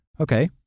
Okay